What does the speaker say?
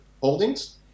holdings